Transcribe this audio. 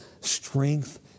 strength